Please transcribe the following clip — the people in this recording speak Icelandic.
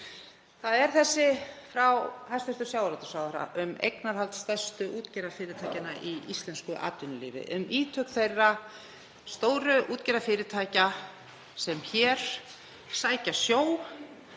Það er þessi frá hæstv. sjávarútvegsráðherra, um eignarhald stærstu útgerðarfyrirtækja í íslensku atvinnulífi, um ítök þeirra stóru útgerðarfyrirtækja sem hér sækja sjó,